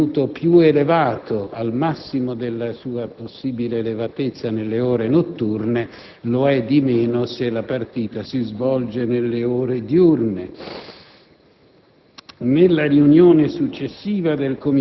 è facilmente comprensibile, è ritenuto più elevato, al massimo della sua possibile elevatezza, nelle ore notturne e lo è di meno se la partita si svolge nelle ore diurne.